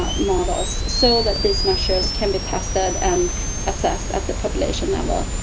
ah models. so, that these measures can be tested and assessed at the population level.